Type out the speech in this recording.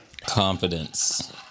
Confidence